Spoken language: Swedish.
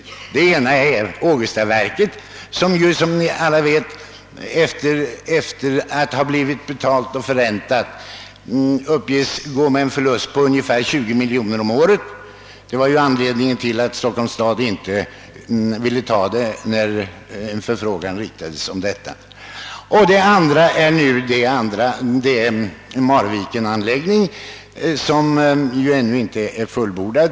Det ena är Ågestaverket. Som alla vet uppges ju detta, efter att ha blivit betalt och förräntat, gå med en förlust på ungefär 20 miljoner kronor om året — detta var anledningen till att Stockholms stad inte ville överta det, när en förfrågan härom riktades till staden. Det andra är Marviken-anläggningen, som ännu inte är fullbordad.